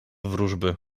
wróżby